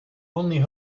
only